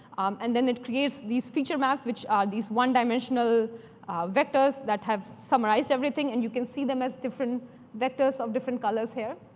and then it creates these feature maps, which are these one-dimensional vectors that have summarized everything. and you can see them as different vectors of different colors here.